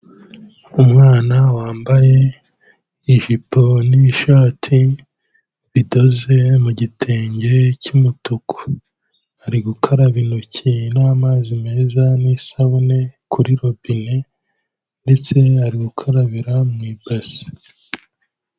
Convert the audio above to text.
Umwana wambaye ijipo n'shati bidoze mu gitenge cy'umutuku, ari gukaraba intoki n'amazi meza n'isabune kuri robine ndetse ari gukarabira mu ibase.